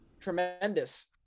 tremendous